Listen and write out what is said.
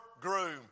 groom